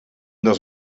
dels